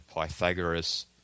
Pythagoras